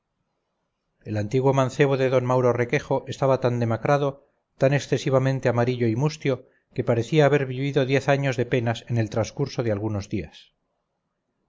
el antiguo mancebo de d mauro requejo estaba tan demacrado tan excesivamente amarillo y mustio que parecía haber vivido diez años de penas en el trascurso de algunos días